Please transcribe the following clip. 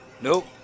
Nope